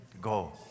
go